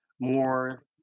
more